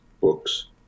books